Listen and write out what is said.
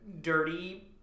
dirty